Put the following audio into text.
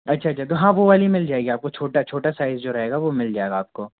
अच्छा अच्छा तो हाँ वो वाली मिल जाएगी आपको छोटा छोटा साइज़ जो रहेगा वो मिल जाएगा आपको